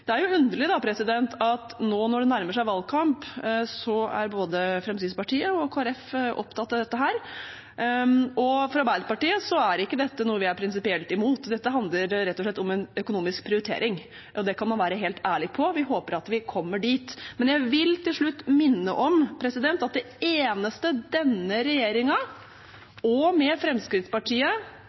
Det er jo underlig at nå, når det nærmer seg valgkamp, er både Fremskrittspartiet og Kristelig Folkeparti opptatt av dette. For Arbeiderpartiet er ikke det noe vi prinsipielt er imot. Dette handler rett og slett om en økonomisk prioritering. Ja, det kan man være helt ærlig på – vi håper at vi kommer dit. Men jeg vil til slutt minne om at det eneste denne regjeringen, også Fremskrittspartiet